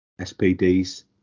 SPDs